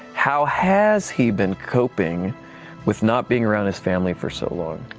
how has he been coping with not being around his family for so long?